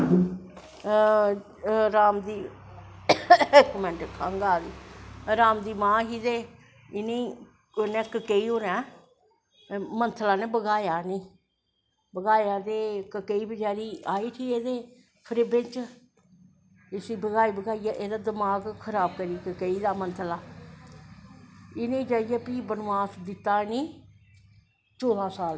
राम दी इक मैंन्ट खंघ आ दी राम दी मां ही ते इनें गी उनैं ककेई होरैं मंथला नै बक्हाया हा इनेंगी बक्हाया ते ककेई बचैरी आई उठी बिच्च इसी बक्हाई बक्हाई दमाक खराब करी ककेई दा इनें गी जाईयै फ्ही बनवास दित्ता इनेंगी चौदां साल दा